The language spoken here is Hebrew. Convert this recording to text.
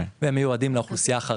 הם מיועדים לאוכלוסייה החרדית.